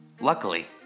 Luckily